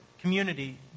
community